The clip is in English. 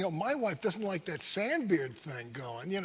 you know my wife doesn't like that sand beard thing going. you know